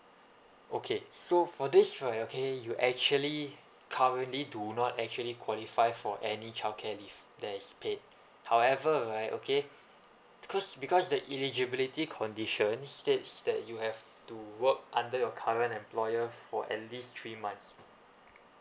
okay so for this right okay you actually currently do not actually qualify for any childcare leave that is paid however right okay because because the eligibility condition states that you have to work under your current employer for at least three months